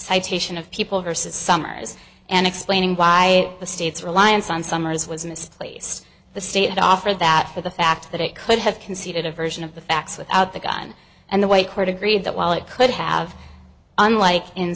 citation of people versus summers and explaining why the state's reliance on summers was misplaced the state offered that for the fact that it could have conceded a version of the facts without the gun and the white court agreed that while it could have unlike in